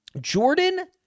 Jordan